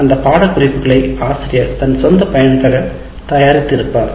அந்த பாட குறிப்புகளை ஆசிரியர் தன் சொந்த பயனுக்காக தயாரித்து இருப்பார்